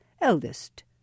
eldest